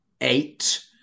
eight